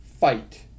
fight